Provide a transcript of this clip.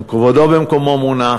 כבודו במקומו מונח,